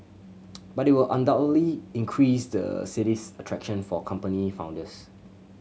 but it will undoubtedly increase the city's attraction for company founders